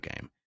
game